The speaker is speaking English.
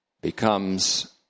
becomes